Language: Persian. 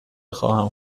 خواهم